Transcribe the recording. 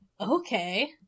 Okay